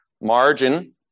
margin